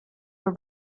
for